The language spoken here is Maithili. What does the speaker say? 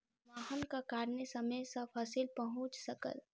वाहनक कारणेँ समय सॅ फसिल पहुँच सकल